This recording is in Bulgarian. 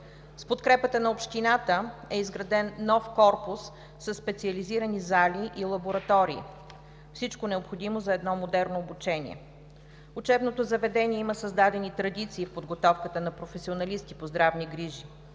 С подкрепата на общината е изграден нов корпус със специализирани зали и лаборатории – всичко необходимо за едно модерно обучение. Учебното заведение има създадени традиции в подготовката на професионалисти по здравни грижи.